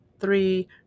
three